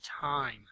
time